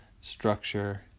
structure